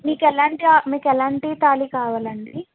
మీకెలాంటి మీకెలాంటి తాళి కావాలండి